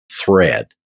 thread